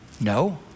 No